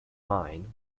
mine